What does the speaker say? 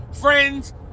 friends